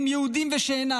יהודים ושאינם,